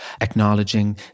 Acknowledging